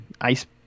ice